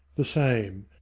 the same.